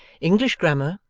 english grammar,